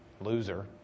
loser